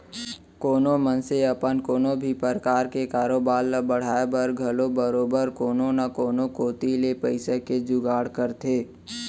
कोनो मनसे अपन कोनो भी परकार के कारोबार ल बढ़ाय बर घलौ बरोबर कोनो न कोनो कोती ले पइसा के जुगाड़ करथे